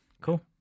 Cool